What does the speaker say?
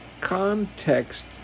context